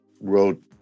wrote